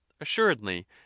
Assuredly